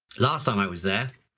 last time i was there,